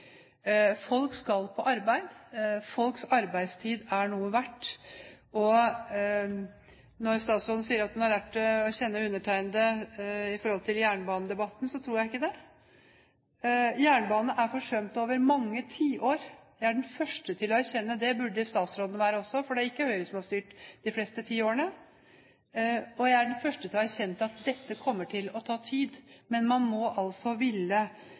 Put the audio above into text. Folk skal på arbeid, folks arbeidstid er noe verdt. Når statsråden sier at hun har lært å kjenne undertegnede i jernbanedebatten, tror jeg ikke det. Jernbanen er forsømt over mange tiår. Jeg er den første til å erkjenne det. Det burde statsråden gjøre også, for det er ikke Høyre som har styrt de fleste tiårene. Jeg er den første til å erkjenne at dette kommer til å ta tid, men man må ville jernbane, man må ville